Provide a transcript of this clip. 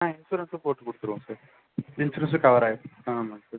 ஆ இன்சூரன்ஸும் போட்டு கொடுத்துருவோம் சார் இன்சூரன்ஸும் கவர் ஆகிடும் ஆ ஆமாங்க சார்